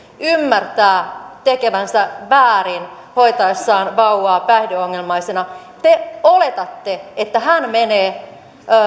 ymmärtää tekevänsä väärin hoitaessaan vauvaa päihdeongelmaisena te oletatte että hän menee